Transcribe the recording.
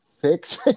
fix